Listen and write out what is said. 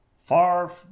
far